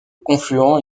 confluent